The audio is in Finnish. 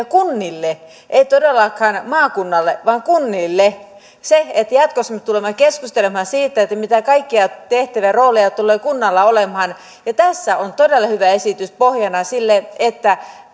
kunnille ei todellakaan maakunnalle vaan kunnille jatkossa me tulemme keskustelemaan siitä mitä kaikkia tehtäviä rooleja tulee kunnalla olemaan ja tässä on todella hyvä esitys pohjana sille että